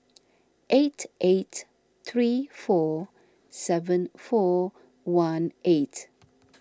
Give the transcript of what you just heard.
eight eight three four seven four one eight